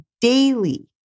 daily